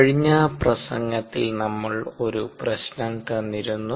കഴിഞ്ഞ പ്രസംഗത്തിൽ നമ്മൾ ഒരു പ്രശ്നം തന്നിരിന്നു